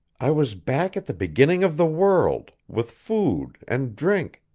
i was back at the beginning of the world, with food, and drink,